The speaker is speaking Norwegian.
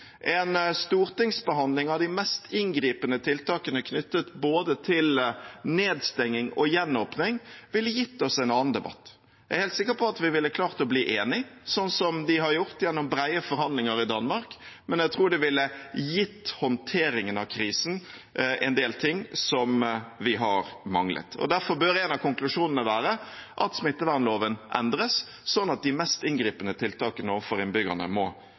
En stortingsbehandling av de mest inngripende tiltakene knyttet til både nedstenging og gjenåpning ville gitt oss en annen debatt. Jeg er helt sikker på at vi ville klart å bli enige – sånn som de har gjort det gjennom brede forhandlinger i Danmark – men jeg tror det ville gitt håndteringen av krisen en del ting som vi har manglet. Derfor bør en av konklusjonene være at smittevernloven endres sånn at de mest inngripende tiltakene overfor innbyggerne må